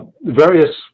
various